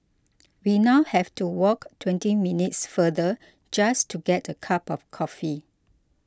we now have to walk twenty minutes farther just to get a cup of coffee